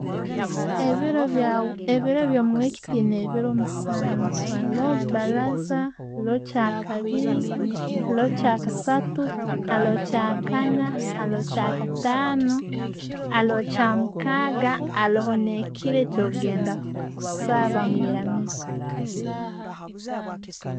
Ebiro bya- ebiro byo muweeki tuyina ebiro musanju, haroho baraza, haroho kyakabiiri, haroho kyakasaatu, haroho kyakaana, haroho kyakataanu, haroho kyamukaga. Haroho ne'kiro kyokugenda kusaba omwiramiizo.